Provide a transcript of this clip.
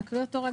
נקריא אותו?